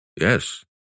Yes